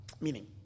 Meaning